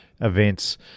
events